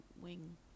wing